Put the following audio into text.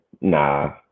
Nah